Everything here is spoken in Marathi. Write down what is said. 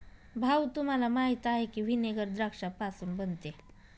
भाऊ, तुम्हाला माहीत आहे की व्हिनेगर द्राक्षापासून बनते